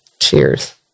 Cheers